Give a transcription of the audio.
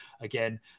again